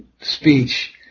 speech